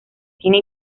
cine